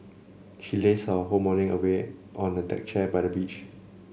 she lazed her whole morning away on a deck chair by the beach